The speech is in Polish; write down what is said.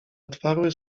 otwarły